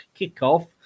kickoff